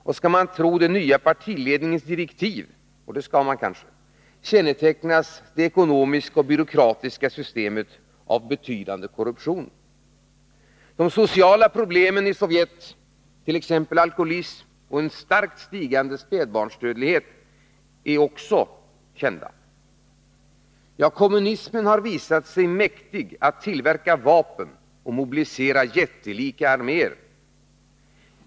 Och skall man tro den nya partiledningens direktiv — och det skall man kanske — kännetecknas det ekonomiska och byråkratiska systemet av betydande korruption. De sociala problemen i Sovjet t.ex. alkoholism och en starkt stigande spädbarnsdödlighet — är också kända. Kommunismen har visat sig mäktig att tillverka vapen och mobilisera jättelika arméer.